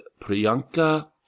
Priyanka